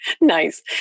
Nice